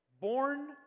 Born